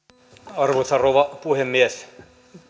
arvoisa rouva puhemies